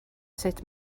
sut